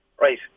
right